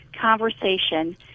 conversation